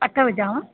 अठ विझांव